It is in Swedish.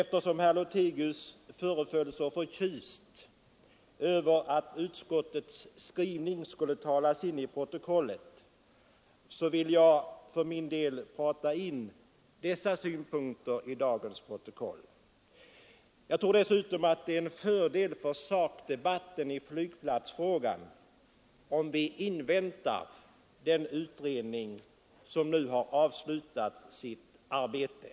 Eftersom herr Lothigius föreföll så förtjust att utskottets skrivning skulle talas in i protokollet vill jag för min del tala in dessa synpunkter i dagens protokoll. Dessutom är det till fördel för sakdebatten i flygplatsfrågan om vi inväntar resultatet av den utredning som nu har avslutat sitt arbete.